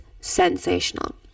sensational